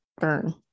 burn